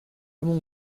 mon